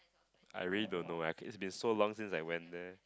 I really don't know leh it's been so long since I went there